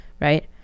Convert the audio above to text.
Right